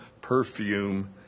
perfume